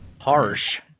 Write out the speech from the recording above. harsh